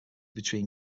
between